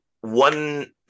one